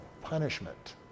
punishment